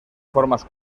formas